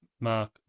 Mark